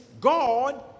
God